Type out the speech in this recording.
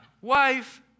wife